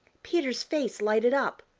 peter's face lighted up.